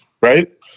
right